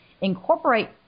incorporate